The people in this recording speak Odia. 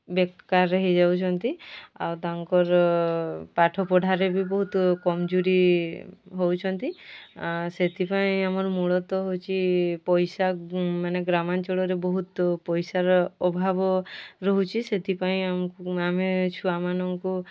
ବେକାର ହୋଇଯାଉଛନ୍ତି ଆଉ ତାଙ୍କର ପାଠ ପଢ଼ାରେ ବି ବହୁତ କମଜୋରି ହେଉଛନ୍ତି ସେଥିପାଇଁ ଆମର ମୂଳ ତ ହେଉଛି ପଇସା ମାନେ ଗ୍ରାମାଞ୍ଚଳରେ ବହୁତ ପଇସାର ଅଭାବ ରହୁଛି ସେଥିପାଇଁ ଆମ ଆମେ ଛୁଆମାନଙ୍କୁ